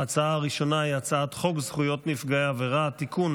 ההצעה הראשונה היא הצעת חוק זכויות נפגעי עבירה (תיקון,